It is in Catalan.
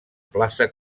plaça